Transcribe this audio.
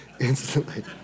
instantly